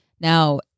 Now